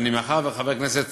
מאחר שחבר הכנסת